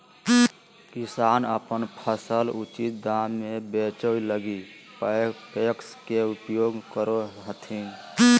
किसान अपन फसल उचित दाम में बेचै लगी पेक्स के उपयोग करो हथिन